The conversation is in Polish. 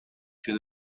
się